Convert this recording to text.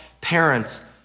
parents